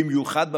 במיוחד בפקידים.